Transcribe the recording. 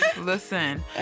Listen